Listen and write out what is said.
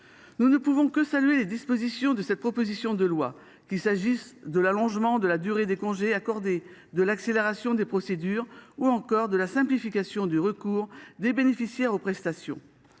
Nous ne pouvons que saluer les dispositions de cette proposition de loi, qu’il s’agisse de l’allongement de la durée des congés accordés, de l’accélération des procédures ou encore de la simplification du recours aux prestations